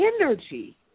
energy